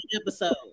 episode